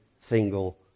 single